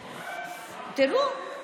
תראו.